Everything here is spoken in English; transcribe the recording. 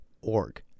.org